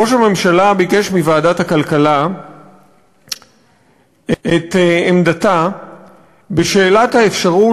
ראש הממשלה ביקש מוועדת הכלכלה את עמדתה בשאלת האפשרות